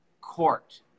court